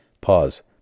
Pause